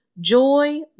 Joy